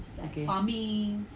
okay